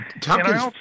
Tompkins